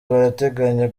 barateganya